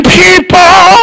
people